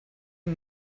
amb